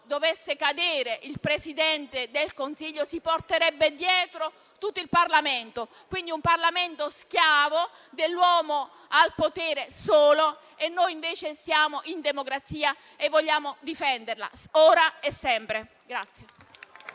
dovesse cadere il Presidente del Consiglio, si porterebbe dietro tutto il Parlamento, un Parlamento schiavo dell'uomo solo al potere. Noi invece siamo in democrazia e vogliamo difenderla, ora e sempre.